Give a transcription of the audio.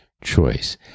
choice